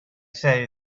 say